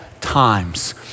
times